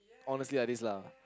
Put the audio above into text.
honestly like this lah